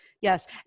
yes